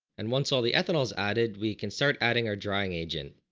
and once all the ethanol is added we can start adding are drying agent.